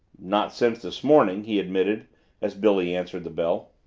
not since this morning, he admitted as billy answered the bell.